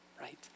right